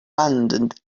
abandoned